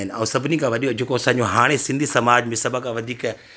ऐं सभिनी खां वधीक जेको असांजो हाणे सिंधी समाज में सभु खां वधीक